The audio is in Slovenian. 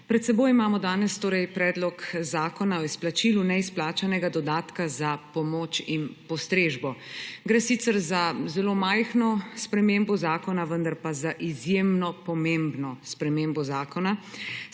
Pred seboj imamo danes Predlog zakona o izplačilu neizplačanega dodatka za pomoč in postrežbo. Gre sicer za zelo majhno spremembo zakona, vendar pa za izjemno pomembno spremembo zakona,